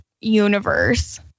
universe